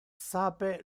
sape